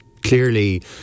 clearly